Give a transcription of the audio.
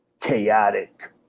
chaotic